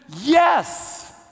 Yes